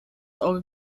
auge